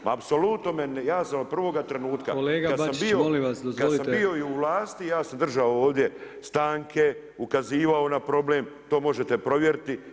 Ma apsolutno me, ja sam od prvoga trenutka [[Upadica Brkić: Kolega Bačić molim vas dozvolite.]] Kad sam bio i u vlasti ja sam držao ovdje stanke, ukazivao na problem, to možete provjeriti.